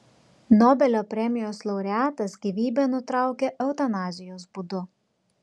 nobelio premijos laureatas gyvybę nutraukė eutanazijos būdu